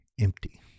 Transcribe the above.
empty